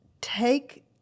take